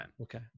Okay